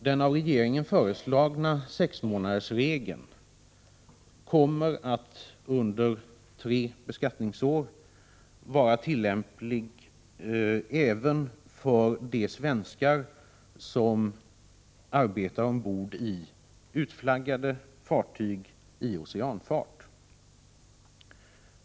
Den av regeringen föreslagna sexmånadersregeln kommer att under tre beskattningsår vara tillämplig även för de svenskar som arbetar ombord i utflaggade fartyg i oceanfart.